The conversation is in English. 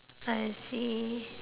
I see